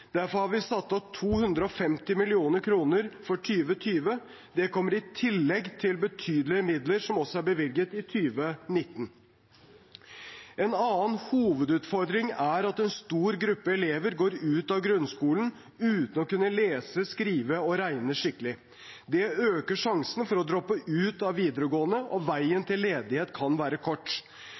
Derfor har vi satt av 250 mill. kr for 2020. Det kommer i tillegg til betydelige midler som er bevilget i 2019. En annen hovedutfordring er at en stor gruppe elever går ut av grunnskolen uten å kunne lese, skrive og regne skikkelig. Det øker sjansen for å droppe ut av videregående, og veien til ledighet kan være kort.